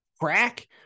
crack